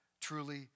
truly